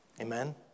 Amen